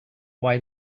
why